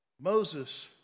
Moses